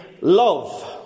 love